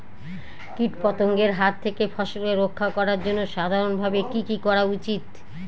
কীটপতঙ্গের হাত থেকে ফসলকে রক্ষা করার জন্য সাধারণভাবে কি কি করা উচিৎ?